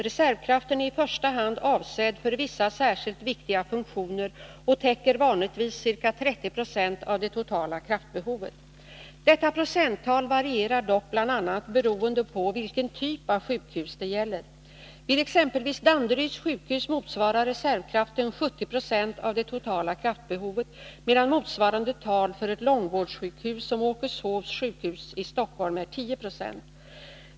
Reservkraften är i första hand avsedd för vissa särskilt viktiga funktioner och täcker vanligtvis ca 30 20 av det totala kraftbehovet. Detta procenttal varierar dock, bl.a. beroende på vilken typ av sjukhus det gäller. Vid exempelvis Danderyds sjukhus motsvarar reservkraften 70 26 av det totala kraftbehovet, medan motsvarande tal för ett långvårdssjukhus som Åkeshovs sjukhus i Stockholm är 10 9.